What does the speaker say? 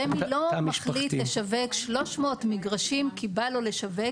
רמ"י לא מחליט לשווק 300 מגרשים כי בא לו לשווק